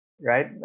right